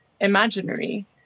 imaginary